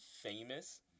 famous